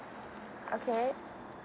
okay